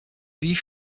wie